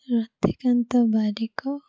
Ratikanta Barik